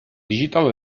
digital